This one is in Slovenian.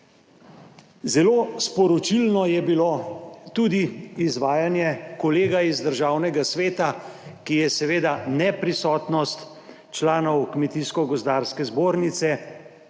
Zelo sporočilno je bilo tudi izvajanje kolega iz Državnega sveta, ki je seveda neprisotnost članov Kmetijsko gozdarske zbornice